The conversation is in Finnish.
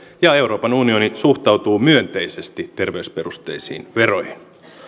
ja euroopan unioni suhtautuu myönteisesti terveysperusteisiin veroihin